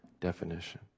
definition